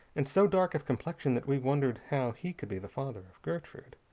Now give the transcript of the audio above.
and so dark of complexion that we wondered how he could be the father of gertruyd,